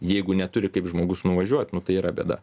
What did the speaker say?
jeigu neturi kaip žmogus nuvažiuot nu tai yra bėda